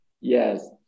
Yes